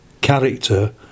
character